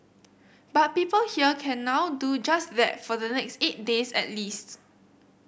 but people here can now do just that for the next eight days at least